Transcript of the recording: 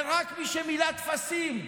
ורק מי שמילא טפסים.